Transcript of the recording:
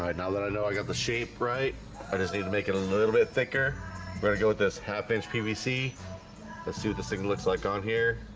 now that i know i got the shape right? i just need to make it a little bit thicker i'm gonna go with this half-inch pbc let's do this thing looks like on here